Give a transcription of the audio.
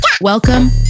Welcome